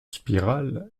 spirale